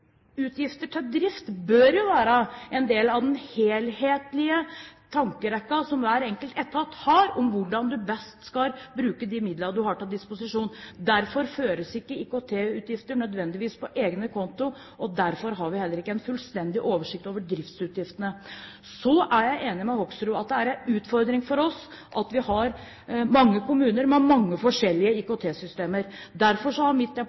til drift bør jo være en del av den helhetlige tankerekken som hver enkelt etat har om hvordan man best skal bruke de midlene man har til disposisjon. Derfor føres ikke IKT-utgifter nødvendigvis på egne konti, og derfor har vi heller ikke en fullstendig oversikt over driftsutgiftene. Så er jeg enig med Hoksrud i at det er en utfordring for oss at vi har mange kommuner med mange forskjellige IKT-systemer. Derfor har mitt